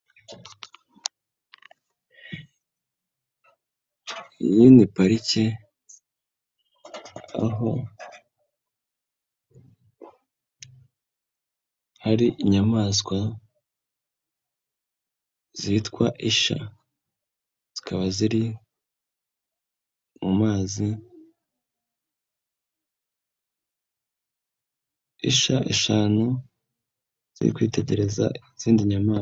Iyi ni parike aho hari inyamaswa zitwa isha, zikaba ziri mu mazi, isha eshanu ziri kwitegereza izindi nyamaswa.